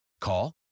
Call